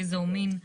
גזע ומין.